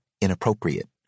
inappropriate